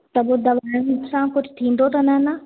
त पोइ दवाइयुनि सां कुझु थींदो त न न